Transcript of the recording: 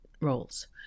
roles